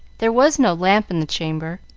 there was no lamp in the chamber,